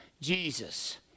Jesus